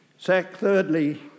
Thirdly